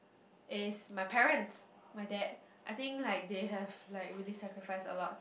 is my parents my dad I think like they have like really sacrifice a lot